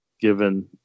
given